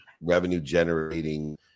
revenue-generating